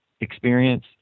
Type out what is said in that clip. experience